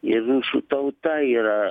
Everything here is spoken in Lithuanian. ir rusų tauta yra